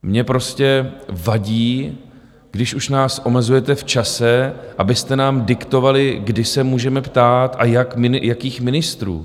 Mě prostě vadí, když už nás omezujete v čase, abyste nám diktovali, kdy se můžeme ptát a jakých ministrů.